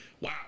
wow